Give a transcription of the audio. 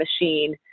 machine